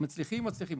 מצליחים מצליחים,